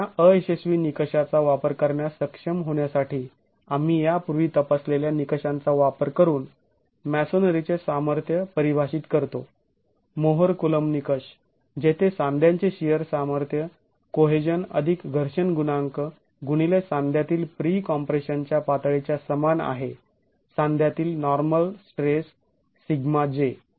तर या अयशस्वी निकषाचा वापर करण्यास सक्षम होण्यासाठी आम्ही यापूर्वी तपासलेल्या निकषांचा वापर करून मॅसोनरीचे सामर्थ्य परिभाषित करतो मोहर कुलोंब निकष जेथे सांध्यांचे शिअर सामर्थ्य कोहेजन अधिक घर्षण गुणांक गुणिले सांध्यातील प्री कॉम्प्रेशनच्या पातळीच्या समान आहे सांध्यातील नॉर्मल स्ट्रेस σj